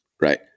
right